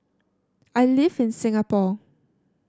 I live in Singapore